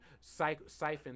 siphon